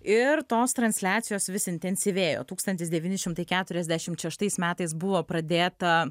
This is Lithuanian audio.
ir tos transliacijos vis intensyvėjo tūkstantis devyni šimtai keturiasdešimt šeštais metais buvo pradėta